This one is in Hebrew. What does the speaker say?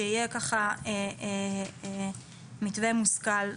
שיהיה מתווה מושכל,